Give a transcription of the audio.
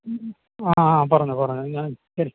ആ ആ പറഞ്ഞോളൂ പറഞ്ഞോളൂ ഞാൻ